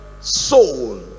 soul